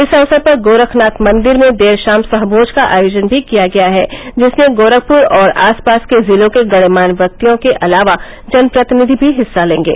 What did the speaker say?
इस अवसर पर गोरखनाथ मंदिर में देर शाम सहभोज का आयोजन भी किया गया है जिसमें गोरखपुर और आसपास के जिलों के गणमान्य व्यक्तियों के अलावा जनप्रतिनिधि भी हिस्सा लेंगे